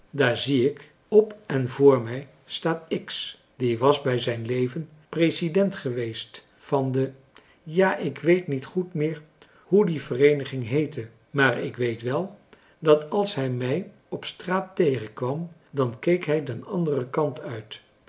daar zie ik op en vr mij staat x die was bij zijn leven president geweest van de ja ik weet niet goed meer hoe die vereeniging heette maar ik weet wel dat als hij mij op straat tegenkwam dan keek hij den anderen kant uit